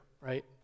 right